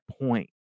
point